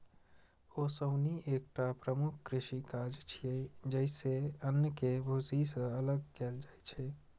ओसौनी एकटा प्रमुख कृषि काज छियै, जइसे अन्न कें भूसी सं अलग कैल जाइ छै